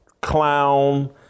clown